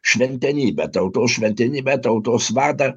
šventenybę tautos šventenybę tautos vadą